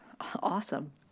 Awesome